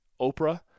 Oprah